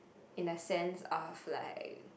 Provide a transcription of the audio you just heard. in the sense of like